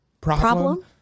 problem